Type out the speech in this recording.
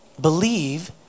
Believe